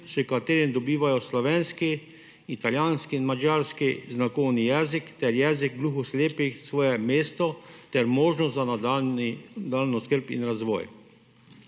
s katerim dobivajo slovenski, italijanskih in madžarski znakovni jezik, ter jezik gluho slepih svoje mesto, ter možnost za nadaljnjo skrb in razvoj.